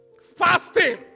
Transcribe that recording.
Fasting